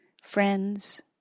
Friends